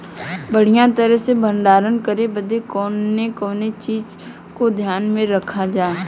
बढ़ियां तरह से भण्डारण करे बदे कवने कवने चीज़ को ध्यान रखल जा?